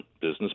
business